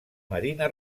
marina